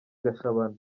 gashabana